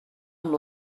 amb